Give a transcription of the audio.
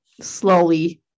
slowly